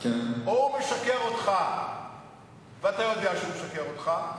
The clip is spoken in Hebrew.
או שהוא משקר לך ואתה יודע שהוא משקר לך,